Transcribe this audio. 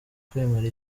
kwemera